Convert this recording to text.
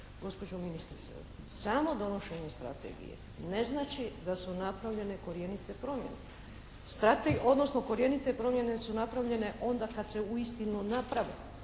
Gospođo ministrice, samo donošenje strategije ne znači da su napravljene korijenite promjene. Odnosno, korijenite promjene su napravljene onda kad se uistinu naprave